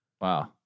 Wow